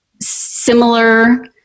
similar